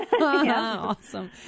awesome